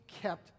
kept